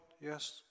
Yes